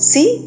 See